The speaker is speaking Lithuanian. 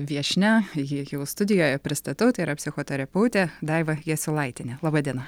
viešnia ji jau studijoje pristatau tai yra psichoterapeutė daiva jasiulaitienė laba diena